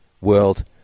world